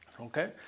Okay